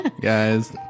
guys